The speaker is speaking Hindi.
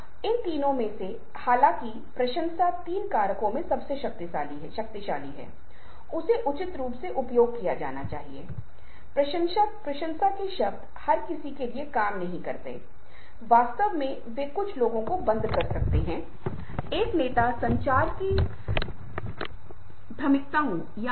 इसलिए जब हम इन संहिताओं को देख रहे होते हैं तो हमें बड़ी संख्या में इशारों मुद्राओं चेहरे के भावों के समूह मिलते हैं और उनका क्या मतलब हो सकता है वे क्या प्रतीक कर सकते हैं कौन से देवता कौन से देवी जो विशेष सामाजिक स्तर के लिए यह कोडित किया गया है